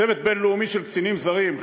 צוות בין-לאומי של קצינים זרים,